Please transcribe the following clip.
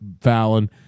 Fallon